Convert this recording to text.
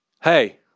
Hey